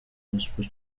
gospel